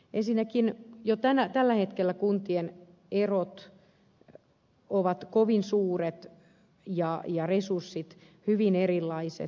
ensinnäkin jo tällä hetkellä kuntien erot ovat kovin suuret ja resurssit hyvin erilaiset